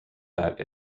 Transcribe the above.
that